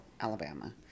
Alabama